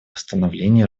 восстановлении